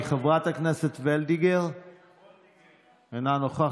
12 שנה אתה יושב